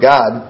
God